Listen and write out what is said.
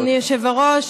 אדוני היושב-ראש,